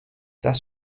das